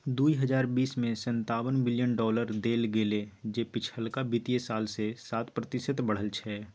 दुइ हजार बीस में सनतावन बिलियन डॉलर देल गेले जे पिछलका वित्तीय साल से सात प्रतिशत बढ़ल छै